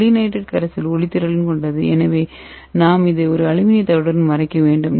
வெள்ளி நைட்ரேட் கரைசல் ஒளி உணர்திறன் கொண்டது எனவே நாம் அதை ஒரு அலுமினியத் தகடுடன் மறைக்க வேண்டும்